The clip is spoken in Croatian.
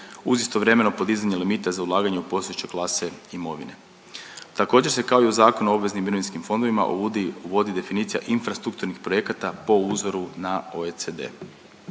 uz istovremeno podizanje limita za ulaganje u postojeće klase imovine. Također se kao i u Zakonu o obveznim mirovinskim fondovima uvodi, uvodi definicija infrastrukturnih projekata po uzoru na OECD.